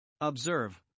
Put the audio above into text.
Observe